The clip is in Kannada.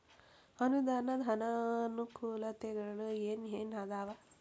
ಅನುದಾನದ್ ಅನಾನುಕೂಲತೆಗಳು ಏನ ಏನ್ ಅದಾವ?